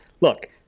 Look